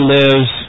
lives